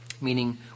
meaning